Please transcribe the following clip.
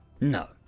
No